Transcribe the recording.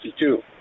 1962